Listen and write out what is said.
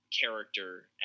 character